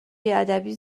بیادبی